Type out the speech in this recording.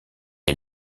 est